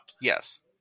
Yes